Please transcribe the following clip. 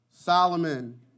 Solomon